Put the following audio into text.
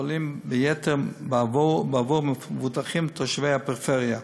קופות-החולים ביתר בעבור מבוטחים תושבי הפריפריה.